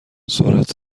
سرعت